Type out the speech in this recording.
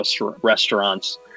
restaurants